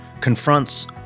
confronts